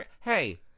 Hey